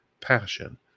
passion